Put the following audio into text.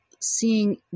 seeing